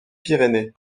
pyrénées